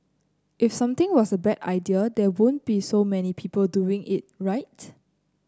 if something was a bad idea there wouldn't be so many people doing it right